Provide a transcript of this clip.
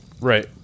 right